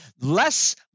less